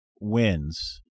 wins